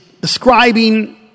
describing